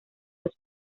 los